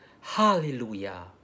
Hallelujah